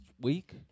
week